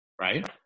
right